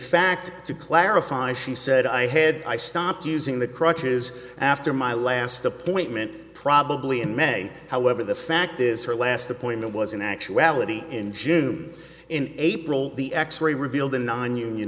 fact to clarify she said i had i stopped using the crutches after my last appointment probably in may however the fact is her last appointment was in actuality in june in april the x ray revealed a nonunion